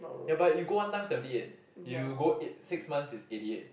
ya but you go one time seventy eight you go eight six months is eighty eighty